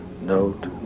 note